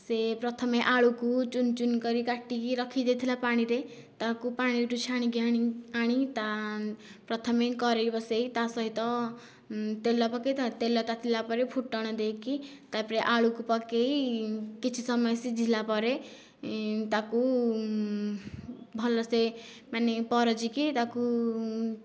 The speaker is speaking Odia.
ସେ ପ୍ରଥମେ ଆଳୁକୁ ଚୁନି ଚୁନି କରି କାଟିକି ରଖି ଦେଇଥିଲା ପାଣିରେ ତାକୁ ପାଣିରୁ ଛାଣିକି ଆଣି ଆଣି ପ୍ରଥମେ କଢ଼ାଇ ବସାଇ ତା ସହିତ ତେଲ ପକାଇ ଦେବା ତେଲ ତାତିଲା ପରେ ଫୁଟଣ ଦେଇକି ତା'ପରେ ଆଳୁକୁ ପକାଇ କିଛି ସମୟ ସିଝିଲା ପରେ ତାକୁ ଭଲସେ ମାନେ ପରଝିକି ତାକୁ